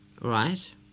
Right